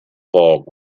bulk